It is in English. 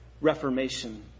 reformation